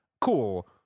cool